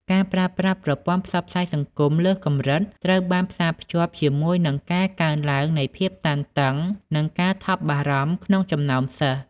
ការប្រើប្រាស់ប្រព័ន្ធផ្សព្វផ្សាយសង្គមលើសកម្រិតត្រូវបានផ្សារភ្ជាប់ជាមួយនឹងការកើនឡើងនៃភាពតានតឹង និងការថប់បារម្ភក្នុងចំណោមសិស្ស។